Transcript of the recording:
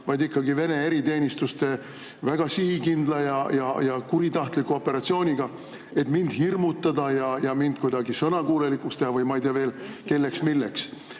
vaid ikkagi Vene eriteenistuse väga sihikindla ja kuritahtliku operatsiooniga, et mind hirmutada ja teha mind kuidagi sõnakuulelikuks või ei tea veel kelleks või milleks?